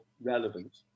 relevant